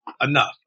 enough